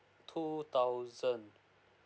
two thousand